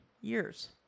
years